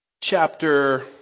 chapter